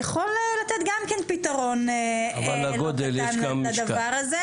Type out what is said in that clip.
זה יכול לתת גם כן פתרון לדבר הזה.